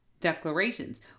declarations